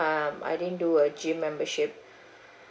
um I didn't do a gym membership